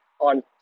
on